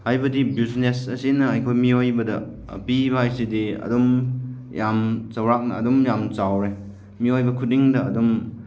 ꯍꯥꯏꯕꯗꯤ ꯕꯤꯎꯖꯤꯅꯦꯁ ꯑꯁꯤꯅ ꯑꯩꯈꯣꯏ ꯃꯤꯑꯣꯏꯕꯗ ꯄꯤꯕ ꯍꯥꯏꯁꯤꯗꯤ ꯑꯗꯨꯝ ꯌꯥꯝ ꯆꯥꯎꯔꯥꯛꯅ ꯑꯗꯨꯝ ꯌꯥꯝ ꯆꯥꯎꯔꯦ ꯃꯤꯑꯣꯏꯕ ꯈꯨꯗꯤꯡꯗ ꯑꯗꯨꯝ